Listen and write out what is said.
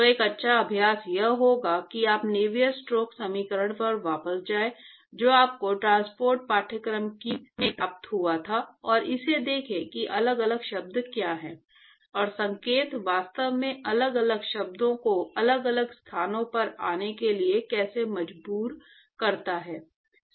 तो एक अच्छा अभ्यास यह होगा कि आप नेवियर स्टोक्स समीकरण पर वापस जाएं जो आपको ट्रांसपोर्ट पाठ्यक्रम में प्राप्त हुआ था और इसे देखें कि अलग अलग शब्द क्या हैं और संकेत वास्तव में अलग अलग शब्दों को अलग अलग स्थानों पर आने के लिए कैसे मजबूर करता है